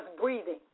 breathing